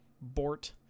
Bort